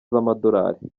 z’amadolari